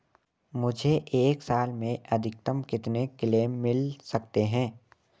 मुझे एक साल में अधिकतम कितने क्लेम मिल सकते हैं?